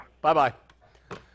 Bye-bye